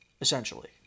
essentially